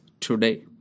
today